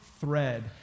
thread